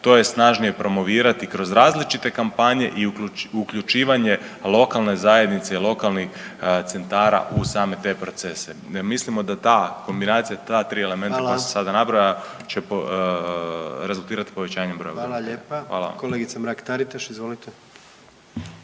to je snažnije promovirati kroz različite kampanje i uključivanje lokalne zajednice i lokalnih centara u same te procese. Mislimo da ta kombinacija, ta tri elementa koja sam sada …/Upadica predsjednik: Hvala./… nabrojao će rezultirati